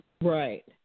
Right